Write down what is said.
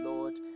Lord